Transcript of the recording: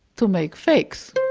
to make fakes